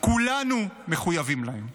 כולנו מחויבים להם.